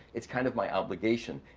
it's kind of my obligation,